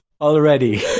already